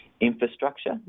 Infrastructure